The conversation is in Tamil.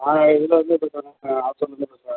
ஆ இதில் வந்து